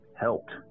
helped